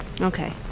okay